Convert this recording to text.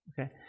Okay